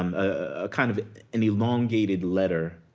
um a kind of and elongated letter,